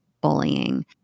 bullying